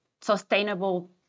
sustainable